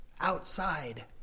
outside